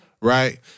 right